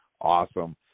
awesome